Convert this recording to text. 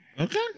Okay